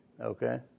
Okay